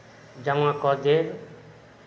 जमा कऽ देब